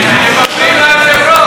אדוני היושב-ראש?